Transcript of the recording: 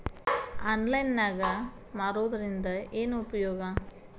Online ನಾಗ್ ಮಾರೋದ್ರಿಂದ ಏನು ಉಪಯೋಗ?